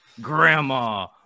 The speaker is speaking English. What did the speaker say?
Grandma